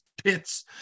Pits